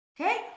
Okay